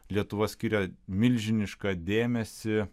lietuva skiria milžinišką dėmesį